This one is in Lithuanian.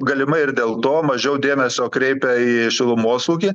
galimai ir dėl to mažiau dėmesio kreipia į šilumos ūkį